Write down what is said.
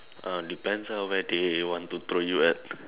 ah depends ah where they want to throw you at